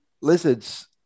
lizards